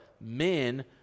men